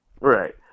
Right